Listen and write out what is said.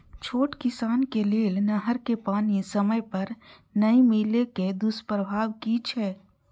छोट किसान के लेल नहर के पानी समय पर नै मिले के दुष्प्रभाव कि छै?